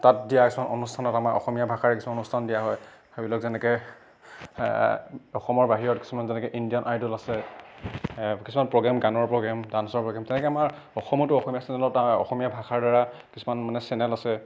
তাত দিয়া কিছুমান অনুষ্ঠানত আমাৰ অসমীয়া ভাষাৰ কিছুমান অনুষ্ঠান দিয়া হয় সেইবিলাক যেনেকৈ অসমৰ বাহিৰত কিছুমান যেনেকৈ ইণ্ডিয়ান আইডল আছে কিছুমান প্ৰগ্ৰেম গানৰ প্ৰগ্ৰেম ডান্সৰ প্ৰগ্ৰেম তেনেকৈ আমাৰ অসমতো অসমীয়া চেনেলত তাৰ অসমীয়া ভাষাৰ দ্বাৰা কিছমান মানে চেনেল আছে